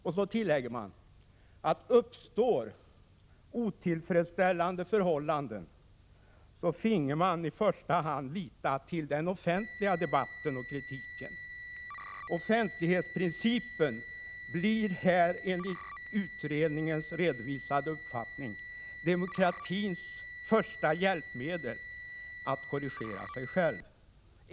I betänkandet sades vidare: Uppstår otillfredsställande förhållanden, finge man i första hand lita till den offentliga debatten och kritiken. Offentlighetsprincipen blir här enligt utredningens redovisade uppfattning demokratins första hjälpmedel att korrigera sig själv.